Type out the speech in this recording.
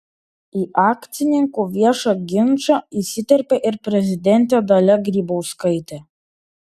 į akcininkų viešą ginčą įsiterpė ir prezidentė dalia grybauskaitė